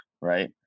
right